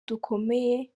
dukomeye